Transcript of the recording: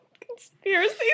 conspiracy